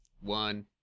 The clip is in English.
one